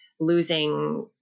losing